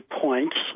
points